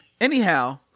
Anyhow